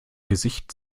gesicht